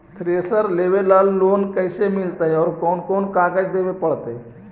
Thresher लेबे ल loan कैसे मिलतइ और कोन कोन कागज देबे पड़तै?